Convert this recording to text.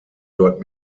dort